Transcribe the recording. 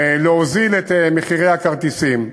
להוזיל את מחירי הכרטיסים.